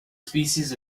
species